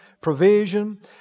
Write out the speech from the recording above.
provision